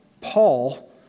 Paul